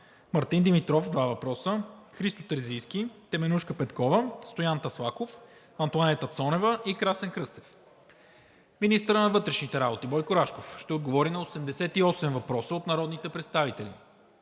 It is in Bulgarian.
Мартин Димитров – два въпроса; Христо Терзийски; Теменужка Петкова; Стоян Таслаков; Антоанета Цонева и Красен Кръстев. Министърът на вътрешните работи Бойко Рашков ще отговори на 88 въпроса от народните представители